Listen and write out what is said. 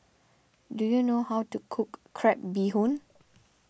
do you know how to cook Crab Bee Hoon